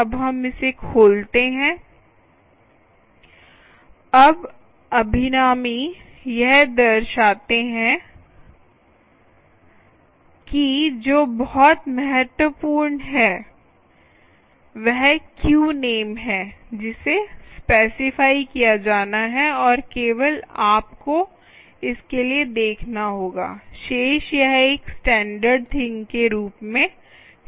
अब हम उसे खोलते हैं अब अभिरामी यह दर्शाते हैं कि जो बहुत महत्वपूर्ण है वह क्यू नेम है जिसे स्पेसिफाई किया जाना है और केवल आपको इसके लिए देखना होगा शेष यह एक स्टैण्डर्ड थिंग के रूप में है